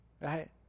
right